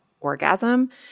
orgasm